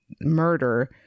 murder